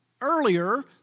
earlier